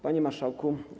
Panie Marszałku!